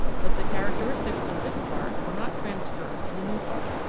but the characteristics of this part were not transferred to the new part.